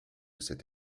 cette